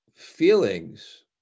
feelings